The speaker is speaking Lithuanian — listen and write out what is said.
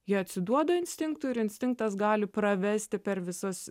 ji atsiduoda instinktui ir instinktas gali pravesti per visas